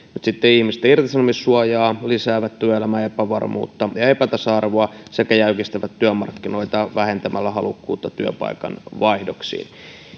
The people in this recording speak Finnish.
ihmisten irtisanomissuojaa lisäävät työelämän epävarmuutta ja epätasa arvoa sekä jäykistävät työmarkkinoita vähentämällä halukkuutta työpaikan vaihdoksiin